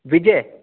Vijay